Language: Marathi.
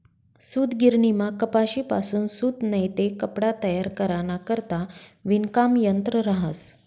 सूतगिरणीमा कपाशीपासून सूत नैते कपडा तयार कराना करता विणकाम यंत्र रहास